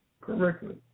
correctly